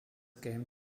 game